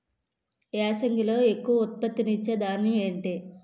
యాసంగిలో ఎక్కువ ఉత్పత్తిని ఇచే ధాన్యం ఏంటి?